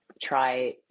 try